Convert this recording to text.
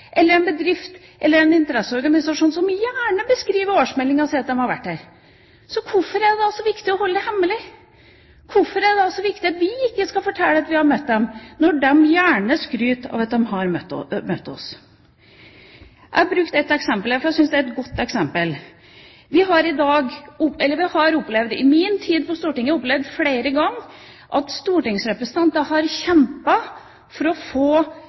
eller det er en bedrift eller en interesseorganisasjon som gjerne skriver i årsmeldinga si at de har vært her. Hvorfor er det da så viktig å holde det hemmelig? Hvorfor er det da så viktig at vi ikke skal fortelle at vi har møtt dem, når de gjerne skryter av at de har møtt oss? Jeg bruker et eksempel her, for jeg syns det er et godt eksempel. Vi har i min tid på Stortinget opplevd flere ganger at stortingsrepresentanter har kjempet for å få